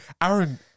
Aaron